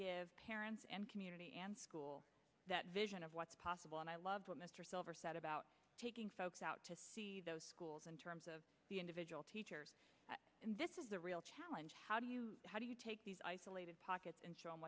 give parents and community school that vision of what's possible and i love what mr silver said about taking folks out to those schools in terms of the individual teachers and this is a real challenge how do you how do you take these isolated pockets